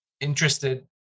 interested